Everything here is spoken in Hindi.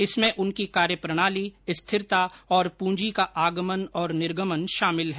इसमें उनकी कार्यप्रणाली स्थिरता और पूंजी का आगमन और निर्गमन शामिल है